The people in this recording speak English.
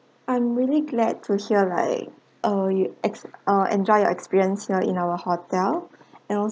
I'm really glad to hear like uh you ex~ ah enjoy your experience here in our in our hotel